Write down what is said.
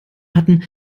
hatten